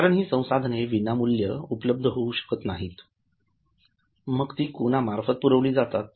कारण हि संसाधने विनामूल्य उपलब्ध येऊ शकत नाहीत मग ती कोणा मार्फत पुरविली जातात